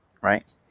right